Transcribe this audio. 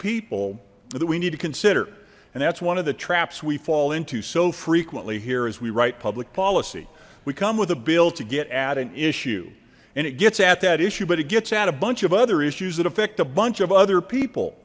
people that we need to consider and that's one of the traps we fall into so frequently here as we write public policy we come with a bill to get at an issue and it gets at that issue but it gets out a bunch of other issues that affect a bunch of other people